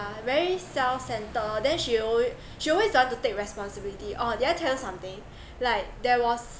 very self-centre then she alway~ she always don't want to take responsibility oh did I tell you something like there was